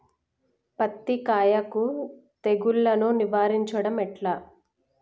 పత్తి కాయకు తెగుళ్లను నివారించడం ఎట్లా?